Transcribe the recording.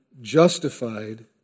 justified